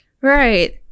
Right